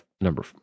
number